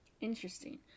Interesting